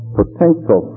potential